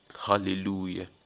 Hallelujah